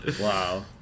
Wow